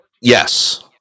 Yes